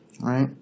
right